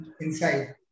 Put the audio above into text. inside